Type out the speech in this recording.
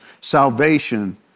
salvation